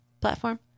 platform